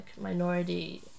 minority